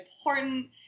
important